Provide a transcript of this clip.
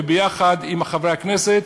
וביחד עם חברי הכנסת,